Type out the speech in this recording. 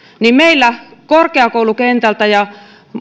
meillä korkeakoulukentältä ja